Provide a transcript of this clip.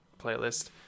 playlist